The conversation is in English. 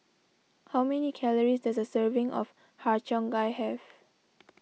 how many calories does a serving of Har Cheong Gai have